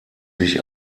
sich